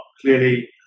clearly